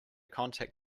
contact